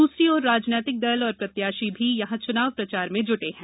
दूसरी ओर राजनैतिक दल और प्रत्याशी भी यहां चूनाव प्रचार में जूटे हैं